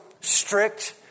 strict